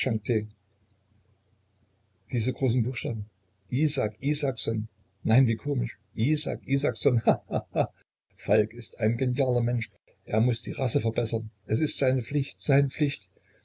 diese großen buchstaben isak isaksohn nein wie komisch isak isaksohn ha ha ha falk ist ein genialer mensch er muß die rasse verbessern es ist seine pflicht seine pflicht